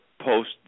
post